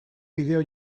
bideo